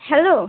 hello